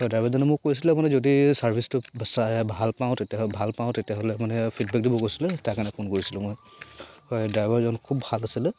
হয় ড্ৰাইভাৰজনে মোক কৈছিলে মানে যদি চাৰ্ভিচটো চাই ভাল পাওঁ তেতিয়াহ'লে ভাল পাওঁ তেতিয়াহ'লে মানে ফিডবেক দিব কৈছিলোঁ সেই তাৰ কাৰণে ফোন কৰিছিলোঁ মই হয় ড্ৰাইভাৰজন খুব ভাল আছিলে